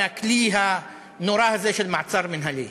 הכלי הנורא הזה של מעצר מינהלי.